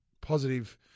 positive